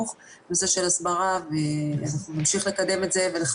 מבחינת האכיפה וכמובן אני לא מתייחס לעובדה שהעסקים ממילא לא